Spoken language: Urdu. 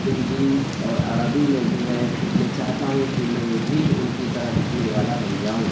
ہندی اور عربی میں بھی ہے میں چاہتا ہوں کہ میں بھی ان کی طرح لکھنے والا بن جاؤں